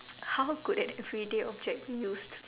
how could an everyday object be used